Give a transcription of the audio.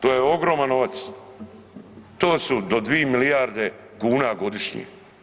To je ogroman novac, to su do 2 milijarde kuna godišnje.